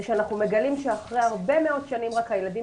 זה שאנחנו מגלים שאחרי הרבה מאוד שנים רק הילדים